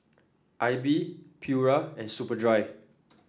AIBI Pura and Superdry